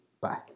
bye